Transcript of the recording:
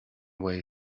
way